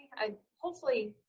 i, hopefully,